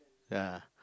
ya